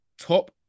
top